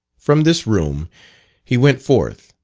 from this room he went forth,